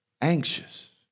anxious